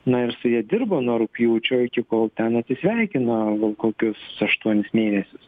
na ir su ja dirbo nuo rugpjūčio iki kol ten atsisveikino gal kokius aštuonis mėnesius